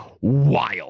wild